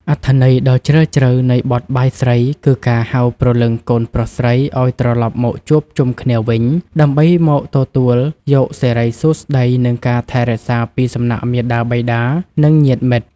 អត្ថន័យដ៏ជ្រាលជ្រៅនៃបទបាយស្រី គឺការហៅព្រលឹងកូនប្រុសស្រីឱ្យត្រឡប់មកជួបជុំគ្នាវិញ ដើម្បីមកទទួលយកសិរីសួស្តី និងការថែរក្សាពីសំណាក់មាតាបិតា និងញាតិមិត្ត។